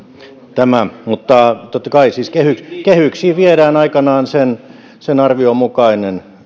tämä mutta totta kai siis kehyksiin kehyksiin viedään aikanaan sen sen arvion mukainen